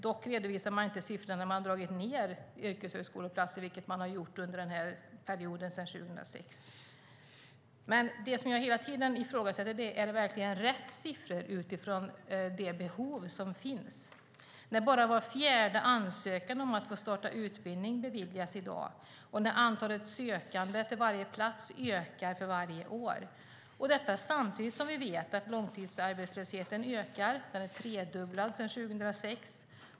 Dock redovisar hon inte några siffror på de yrkeshögskoleplatser som man har dragit ned på, vilket man har gjort sedan 2006. Det som jag ifrågasätter är om det verkligen är rätt siffror utifrån det behov som finns. Bara var fjärde ansökan om att få starta utbildning beviljas i dag samtidigt som antalet sökande till varje plats ökar för varje år. Vi vet att långtidsarbetslösheten ökar. Den har tredubblats sedan 2006.